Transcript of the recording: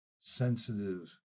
sensitive